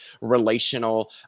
relational